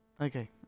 okay